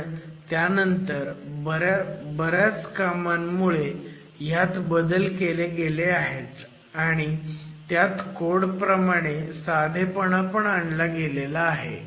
पण त्यानंतर बऱ्याच कामांमुळे ह्यात बदल केले गेले आहेत आणि त्यात कोड प्रमाणे साधेपणा पण आणला आहे